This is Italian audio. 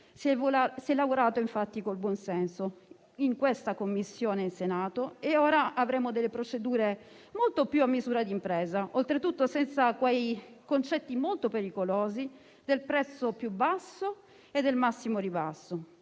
Si è lavorato col buon senso in questa Commissione in Senato e ora avremo delle procedure molto più a misura di impresa, oltretutto senza ricorrere a quei criteri, molto pericolosi, del prezzo più basso e del massimo ribasso.